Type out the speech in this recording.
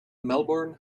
melbourne